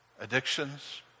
addictions